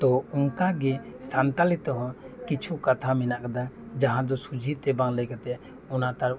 ᱛᱚ ᱚᱱᱠᱟᱜᱮ ᱥᱟᱱᱛᱟᱲᱤ ᱛᱮᱦᱚᱸ ᱠᱤᱪᱷᱩ ᱠᱟᱛᱷᱟ ᱢᱮᱱᱟᱜ ᱟᱠᱟᱫᱟ ᱡᱟᱦᱟᱸ ᱫᱚ ᱥᱚᱡᱷᱮ ᱛᱮ ᱵᱟᱝ ᱞᱟᱹᱭ ᱠᱟᱛᱮᱫ ᱚᱱᱟ ᱛᱟᱨ